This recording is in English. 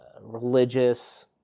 religious